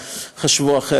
חמורה.